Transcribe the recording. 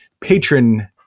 patron